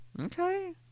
Okay